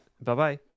bye-bye